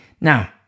Now